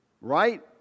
Right